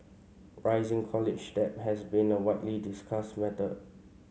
rising college debt has been a widely discussed matter